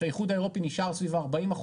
כשהאיחוד האירופי נשאר סביב ה-40%.